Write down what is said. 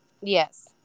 Yes